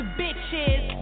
bitches